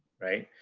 right?